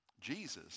Jesus